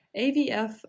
AVF